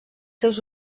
seus